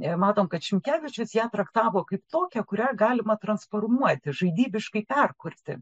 matom kad šimkevičius ją traktavo kaip tokią kurią galima transformuoti žaidybiškai perkurti